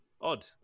Odd